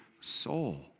soul